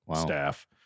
staff